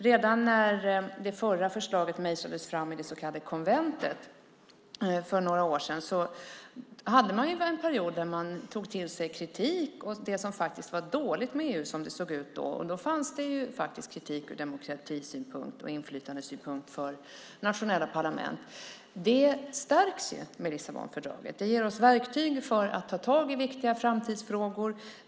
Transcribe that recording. Redan när det förra förslaget mejslades fram i det så kallade konventet för några år sedan hade man en period då man tog till sig kritik mot det som faktiskt var dåligt med EU som det såg ut då. Då fanns det kritik ur demokratisynpunkt och inflytandesynpunkt från nationella parlament. Demokrati och inflytande stärks med Lissabonfördraget. Det ger oss verktyg för att ta tag i viktiga framtidsfrågor.